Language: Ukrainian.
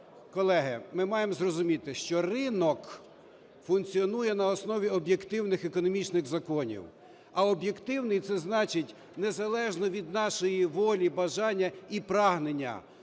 Колеги, ми маємо зрозуміти, що ринок функціонує на основі об'єктивних економічних законів, а об'єктивний – це значить незалежно від нашої волі, бажання і прагнення.